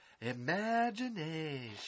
Imagination